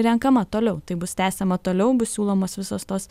renkama toliau tai bus tęsiama toliau bus siūlomos visos tos